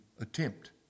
attempt